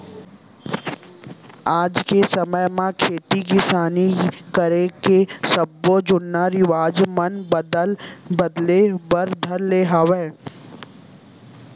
आज के समे म खेती किसानी करे के सब्बो जुन्ना रिवाज मन बदले बर धर ले हवय